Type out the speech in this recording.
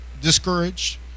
discouraged